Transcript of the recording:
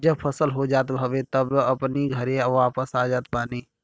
जब फसल हो जात हवे तब अपनी घरे वापस आ जात बाने